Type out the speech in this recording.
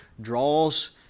draws